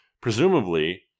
presumably